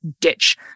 ditch